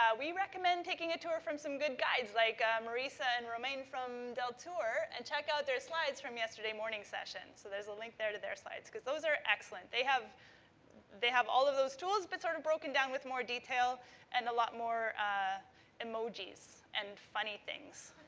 we recommend taking a tour from some good guides like marisa and romain from deltour and check out their slides from yesterday morning's session. so, there's a link there to their slides because those are excellent. they have they have all of those tools, but sort of broken down with more detail and a lot more ah emojis and funny things.